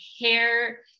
hair